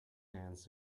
hands